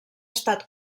estat